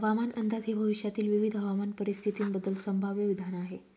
हवामान अंदाज हे भविष्यातील विविध हवामान परिस्थितींबद्दल संभाव्य विधान आहे